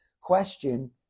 question